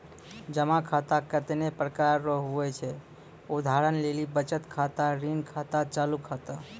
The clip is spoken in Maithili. जमा खाता कतैने प्रकार रो हुवै छै उदाहरण लेली बचत खाता ऋण खाता चालू खाता